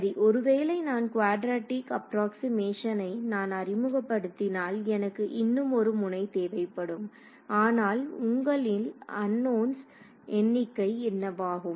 சரி ஒருவேளை நான் குவாட்ரெடிக் அப்ராக்ஸ்மேசனை நான் அறிமுகப்படுத்தினால் எனக்கு இன்னுமொரு முனை தேவைப்படும் அதனால் உங்களின் அன்நோன்ஸ் எண்ணிக்கை என்னவாகும்